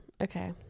okay